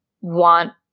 want